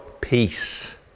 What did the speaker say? peace